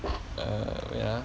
err wait ah